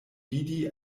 vidi